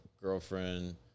girlfriend